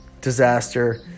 disaster